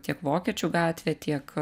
tiek vokiečių gatvė tiek